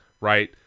right